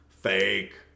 Fake